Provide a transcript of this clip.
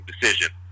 decision